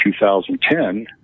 2010